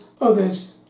others